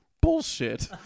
Bullshit